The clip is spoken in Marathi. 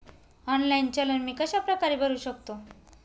ऑनलाईन चलन मी कशाप्रकारे भरु शकतो?